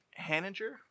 Hanninger